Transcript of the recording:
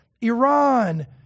iran